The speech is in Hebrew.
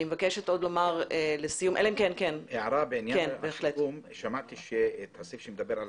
אני מבקשת לומר לסיום -- הערה: שמעתי את הסעיף שמדבר על